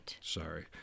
Sorry